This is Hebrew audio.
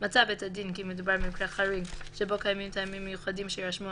מצא בית הדין כי מדובר במקרה חריג שבו קיימים טעמים מיוחדים שיירשמו,